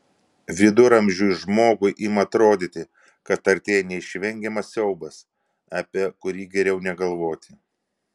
viduramžiui žmogui ima atrodyti kad artėja neišvengiamas siaubas apie kurį geriau negalvoti